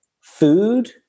food